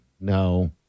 No